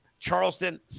Charleston